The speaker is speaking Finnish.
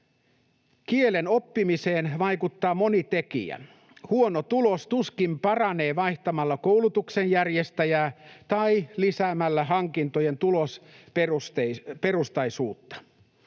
Kielen oppimiseen vaikuttaa moni tekijä. Huono tulos tuskin paranee vaihtamalla koulutuksen järjestäjää tai lisäämällä hankintojen tulosperustaisuutta.